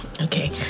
Okay